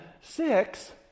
six